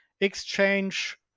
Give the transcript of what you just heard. exchange